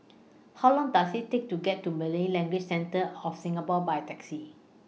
How Long Does IT Take to get to Malay Language Centre of Singapore By Taxi